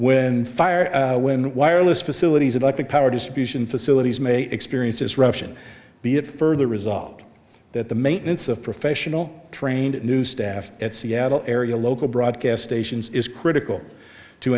when fired when wireless facilities and likely power distribution facilities may experiences russian be it further resolved that the maintenance of professional trained new staff at seattle area local broadcast stations is critical to